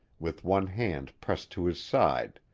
with one hand pressed to his side,